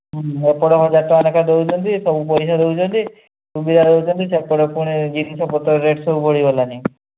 ଏପଟେ ହଜାର ଟଙ୍କା ଲେଖାଏଁ ଦେଉଛନ୍ତି ସବୁ ପଇସା ଦେଉଛନ୍ତି ସୁବିଧା ଦେଉଛନ୍ତି ସେଥିରେ ପୁଣି ଜିନିଷ ପତ୍ର ରେଟ୍ ସବୁ ବଢ଼ିଗଲାଣି